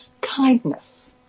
kindness